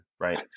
right